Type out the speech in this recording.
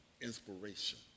inspiration